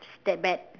is that bad